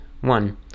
One